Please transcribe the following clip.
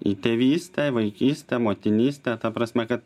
į tėvystę į vaikystę motinystę ta prasme kad